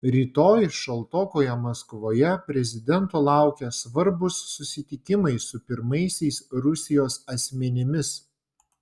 rytoj šaltokoje maskvoje prezidento laukia svarbūs susitikimai su pirmaisiais rusijos asmenimis